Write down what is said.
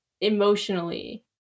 emotionally